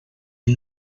est